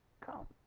come